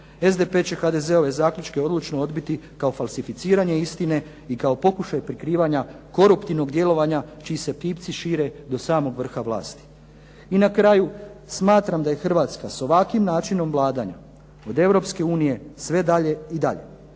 SDP će HDZ-ove zaključke odlučno odbiti kao falsificiranje istine i kao pokušaj prikrivanja koruptivnog djelovanja čiji se pipci šire do samog vrha vlasti. I na kraju, smatram da je Hrvatska s ovakvim načinom vladanja od Europske unije sve dalje